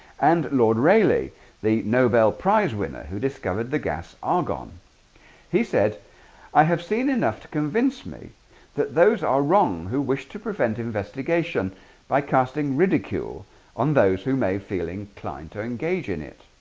and lord, rayleigh the nobel prize winner who discovered the gas argon he said i have seen enough to convince me that those are wrong who wish to prevent? investigation by casting ridicule on those who may feel inclined to engage in it